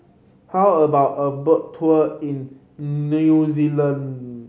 how about a boat tour in New Zealand